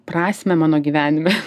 prasmę mano gyvenime